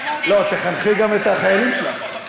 לא, תחנכי גם את החיילים שלך.